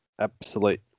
absolute